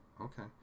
Okay